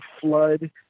flood